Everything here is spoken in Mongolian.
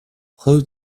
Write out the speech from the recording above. хувь